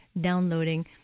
downloading